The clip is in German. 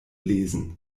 lesen